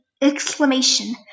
exclamation